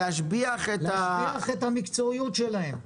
כלומר להשביח את המקצוע שלהם.